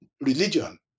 religion